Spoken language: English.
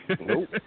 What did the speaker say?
Nope